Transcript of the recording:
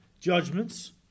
judgments